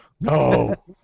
No